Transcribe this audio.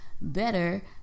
better